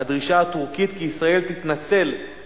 בעד, 8, אין